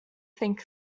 think